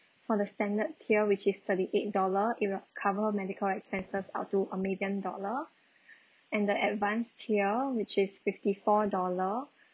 for the standard tier which is thirty eight dollar it will cover medical expenses up to a million dollar and the advanced tier which is fifty four dollar